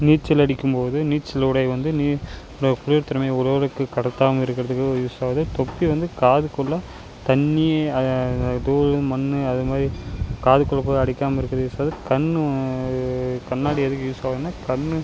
நீச்சலடிக்கும் போது நீச்சல் உடை வந்து நீர் இந்த குளிர் தனிமையை உடலுக்கு கடத்தாமல் இருக்குறதுக்கு யூஸ்ஸாகுது தொப்பி வந்து காதுக்குள்ளே தண்ணி அது அந்த தோல் மண் அது மாரி காதுக்குள்ளே போய் அடைக்காமா இருக்குறதுக்கு யூஸ்ஸாகுது கண் கண்ணாடி எதுக்கு யூஸ்ஸாகுதுன்னா கண்